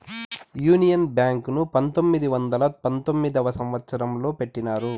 union bank ను పంతొమ్మిది వందల పంతొమ్మిదవ సంవచ్చరంలో పెట్టినారు